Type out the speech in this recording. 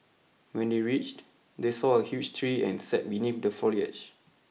when they reached they saw a huge tree and sat beneath the foliage